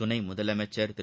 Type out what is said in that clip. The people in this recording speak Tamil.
துனை முதலமைச்ச் திரு